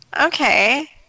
Okay